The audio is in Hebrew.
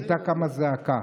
הייתה קמה זעקה.